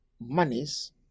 monies